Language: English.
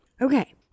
okay